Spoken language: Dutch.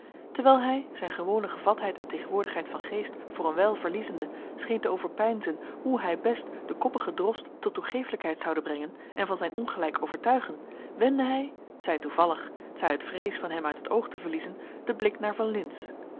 terwijl hij zijn gewone gevatheid en tegenwoordigheid van geest voor een wijl verliezende scheen te overpeinzen hoe hij best den koppigen drost tot toegeeflijkheid zoude brengen en van zijn ongelijk overtuigen wendde hij t zij toevallig t zij uit vrees van hem uit het oog te verliezen den blik naar van lintz